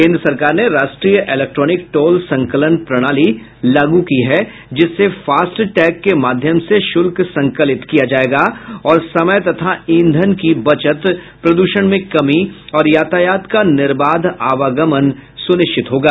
केंद्र सरकार ने राष्ट्रीय इलेक्ट्रोनिक टोल संकलन प्रणाली लागू की है जिससे फास्टैग के माध्यम से शुल्क संकलित किया जाएगा और समय तथा ईंधन की बचत प्रद्षण में कमी और यातायात का निर्बाध आवागमन सुनिश्चित होगा